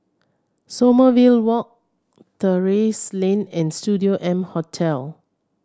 Sommerville Walk Terrasse Lane and Studio M Hotel